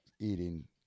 eating